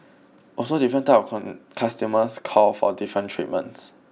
also different type of customers call for different treatments